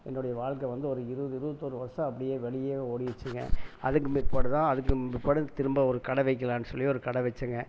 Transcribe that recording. என்னுடய வாழ்க்கை வந்து ஒரு இருபது இருபத்தோரு வருஷம் அப்படியே வெளியவே ஓடிடுச்சிங்க அதுக்கு பிற்பாடு தான் அதுக்கு பிற்பாடு திரும்ப ஒரு கடை வைக்கலாம்னு சொல்லி ஒரு கடை வைச்சங்க